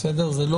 הם אמרו